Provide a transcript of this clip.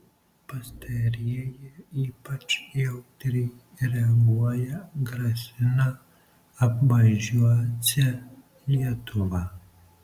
pastarieji ypač jautriai reaguoja grasina apvažiuosią lietuvą